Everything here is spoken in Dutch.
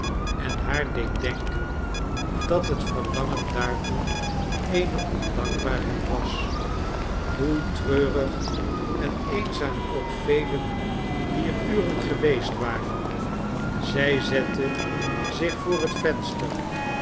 en haar deed denken dat het verlangen daartoe eene ondankbaarheid was hoe treurig en eenzaam ook velen dier uren geweest waren zij zette zich voor het venster